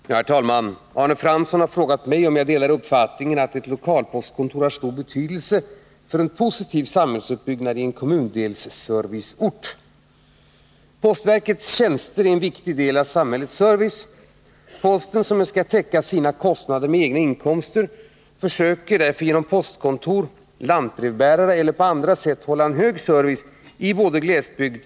Omfattningen av samhällelig service av olika slag har stor betydelse för en regions möjlighet att utvecklas i positiv riktning. Ett lokalpostkontor fyller därvid en betydelsefull funktion som serviceinrättning. De kommunala myndigheterna gör stora och betydelsefulla satsningar och betraktar orten som en kommundelsserviceort. En indragning av lokalpostkontoret skulle vara olycklig och motverka en fortsatt positiv samhällsuppbyggnad.